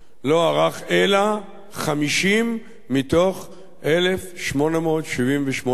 לא ארך אלא 50 מתוך 1,878 שנים.